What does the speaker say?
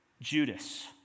Judas